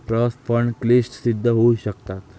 trust fund क्लिष्ट सिद्ध होऊ शकतात